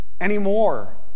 anymore